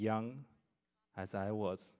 young as i was